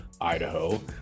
Idaho